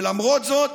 ולמרות זאת